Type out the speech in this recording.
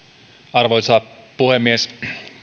arvoisa puhemies